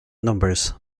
numbers